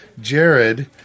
Jared